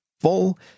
full